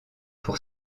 pour